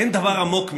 אין דבר עמוק מזה.